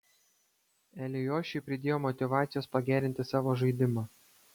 eliošiui pridėjo motyvacijos pagerinti savo žaidimą